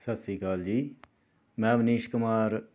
ਸਤਿ ਸ਼੍ਰੀ ਅਕਾਲ ਜੀ ਮੈਂ ਅਵਨੀਸ਼ ਕੁਮਾਰ